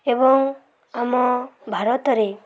ଏବଂ ଆମ ଭାରତରେ